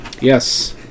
yes